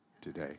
today